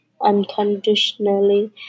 unconditionally